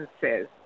says